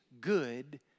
good